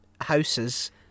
houses